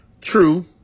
True